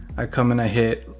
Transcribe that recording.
i come and i hit,